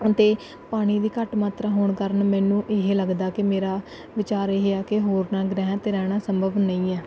ਅਤੇ ਪਾਣੀ ਦੀ ਘੱਟ ਮਾਤਰਾ ਹੋਣ ਕਾਰਨ ਮੈਨੂੰ ਇਹ ਲੱਗਦਾ ਕਿ ਮੇਰਾ ਵਿਚਾਰ ਇਹ ਆ ਕਿ ਹੋਰਨਾ ਗ੍ਰਹਿਆਂ 'ਤੇ ਰਹਿਣਾ ਸੰਭਵ ਨਹੀਂ ਹੈ